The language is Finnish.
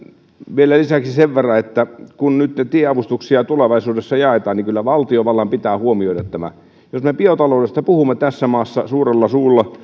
vielä lisäksi sen verran että kun nytten tieavustuksia tulevaisuudessa jaetaan niin kyllä valtiovallan pitää huomioida tämä jos me biotaloudesta puhumme tässä maassa suurella suulla